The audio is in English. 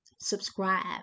subscribe